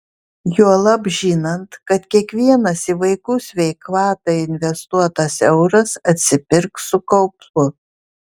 juolab žinant kad kiekvienas į vaikų sveikatą investuotas euras atsipirks su kaupu